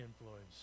influence